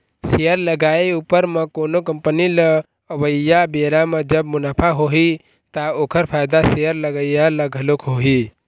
share लगाए उपर म कोनो कंपनी ल अवइया बेरा म जब मुनाफा होही ता ओखर फायदा शेयर लगइया ल घलोक होही